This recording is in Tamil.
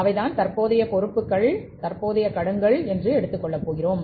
அவைதான் கரெண்ட் லியாபிலிடீஸ்என்று எடுத்துக்கொள்வோம்